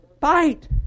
fight